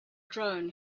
drone